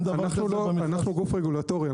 אנחנו גוף רגולטורי.